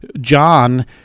John